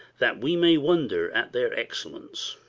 that we may wonder at their excellence.